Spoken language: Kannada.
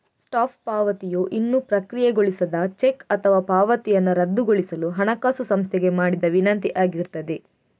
ಸ್ಟಾಪ್ ಪಾವತಿಯು ಇನ್ನೂ ಪ್ರಕ್ರಿಯೆಗೊಳಿಸದ ಚೆಕ್ ಅಥವಾ ಪಾವತಿಯನ್ನ ರದ್ದುಗೊಳಿಸಲು ಹಣಕಾಸು ಸಂಸ್ಥೆಗೆ ಮಾಡಿದ ವಿನಂತಿ ಆಗಿರ್ತದೆ